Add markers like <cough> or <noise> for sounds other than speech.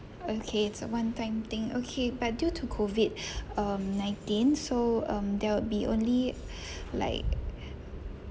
okay it's a one time thing okay but due to COVID <breath> um nineteen so um there will be only <breath> like